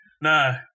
No